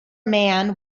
man